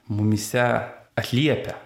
mumyse atliepia